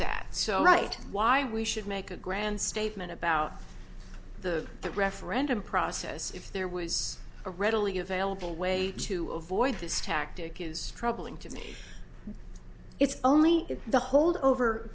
that so right why we should make a grand statement about the the referendum process if there was a readily available way to avoid this tactic is troubling to me it's only the holdover